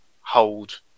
hold